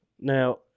Now